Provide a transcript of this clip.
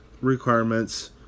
requirements